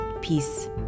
Peace